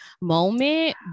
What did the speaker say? moment